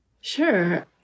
Sure